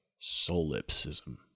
Solipsism